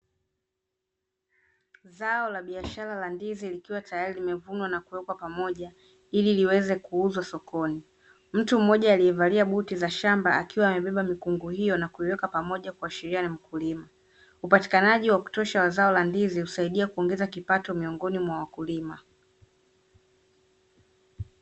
Zao la biashara la ndizi likiwa tayari limevunwa na kuwekwa pamoja ili liweze kuuzwa sokoni. Mtu mmoja aliyevalia buti za shamba akiwa amebeba mikungu hiyo na kuiweka pamoja kuashiria ni mkulima. Upatikanaji wa kutosha wa zao la ndizi husaidia kuongeza kipato miongoni mwa wakulima.